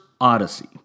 Odyssey